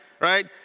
right